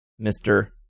Mr